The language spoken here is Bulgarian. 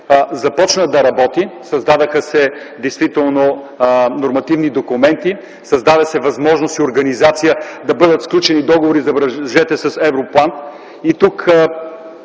започна да работи – създадоха се действително нормативни документи, създава се възможност и организация да бъдат сключени договори, забележете с „Европлан”.